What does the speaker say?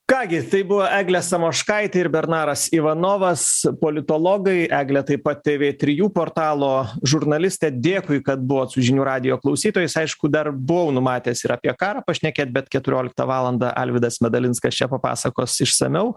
ką gi tai buvo eglė samoškaitė ir bernaras ivanovas politologai eglė taip pat tv trijų portalo žurnalistė dėkui kad buvot su žinių radijo klausytojais aišku dar buvau numatęs ir apie karą pašnekėt bet keturioliktą valandą alvydas medalinskas čia papasakos išsamiau